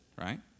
right